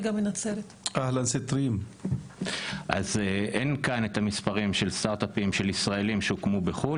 אין כאן את המספרים של סטארט-אפים של ישראלים שהוקמו בחו"ל.